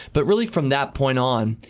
but really from that point on,